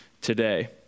today